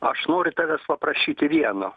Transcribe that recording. aš noriu tavęs paprašyti vieno